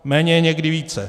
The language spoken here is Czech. Méně je někdy více.